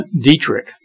Dietrich